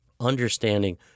understanding